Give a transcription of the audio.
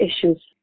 issues